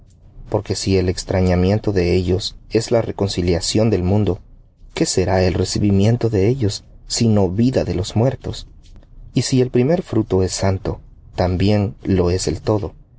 porque si el extrañamiento de ellos la reconciliación del mundo qué el recibimiento sino vida de los muertos y si el primer fruto es santo también lo es el todo